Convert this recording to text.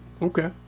Okay